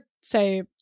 say